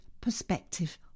perspective